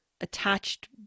attached